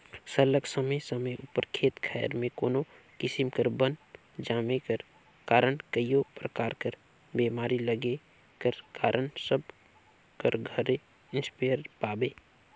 सरलग समे समे उपर खेत खाएर में कोनो किसिम कर बन जामे कर कारन कइयो परकार कर बेमारी लगे कर कारन सब कर घरे इस्पेयर पाबे